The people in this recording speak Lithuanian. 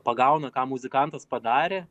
pagauna ką muzikantas padarė